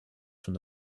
from